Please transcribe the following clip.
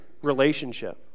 relationship